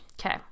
Okay